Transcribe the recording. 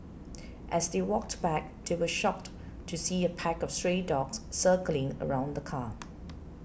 as they walked back they were shocked to see a pack of stray dogs circling around the car